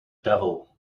devil